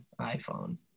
iPhone